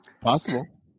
Possible